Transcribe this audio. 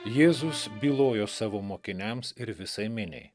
jėzus bylojo savo mokiniams ir visai miniai